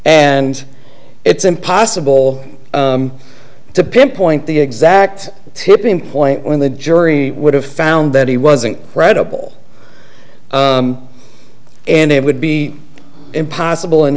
and it's impossible to pinpoint the exact tipping point when the jury would have found that he wasn't credible and it would be impossible in